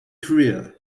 career